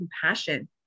compassion